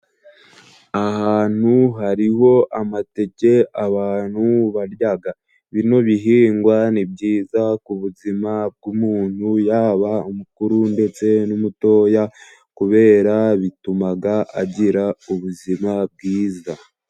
Aha hantu hariho amateke abantu barya ,bino bihingwa ni byiza ku buzima bw'umuntu yaba umukuru ndetse n'umutoya ,kubera bituma agira ubuzima bwiza.